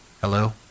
hello